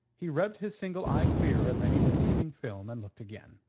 he rubbed his single eye clear of any deceiving film and looked again.